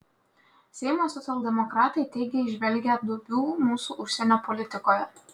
seimo socialdemokratai teigia įžvelgią duobių mūsų užsienio politikoje